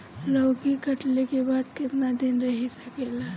लौकी कटले के बाद केतना दिन रही सकेला?